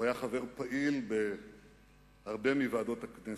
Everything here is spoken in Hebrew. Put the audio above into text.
הוא היה חבר פעיל בהרבה מוועדות הכנסת.